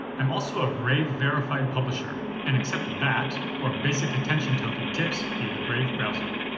i'm also a brave verified publisher and accept bat, or basic attention token, tips via the brave browser.